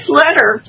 letter